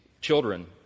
children